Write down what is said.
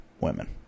women